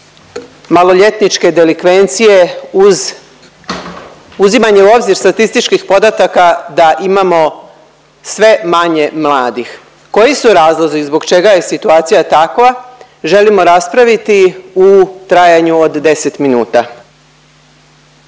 maloljetničke delikvencije uz uzimanje u obzir statističkih podataka da imamo sve manje mladih. Koji su razlozi, zbog čega je situacija takva želimo raspraviti u trajanju od 10 minuta.